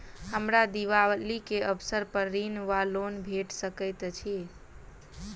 हमरा दिपावली केँ अवसर पर ऋण वा लोन भेट सकैत अछि?